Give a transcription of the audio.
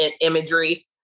imagery